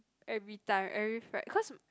every time every fri~ cause